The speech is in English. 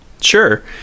Sure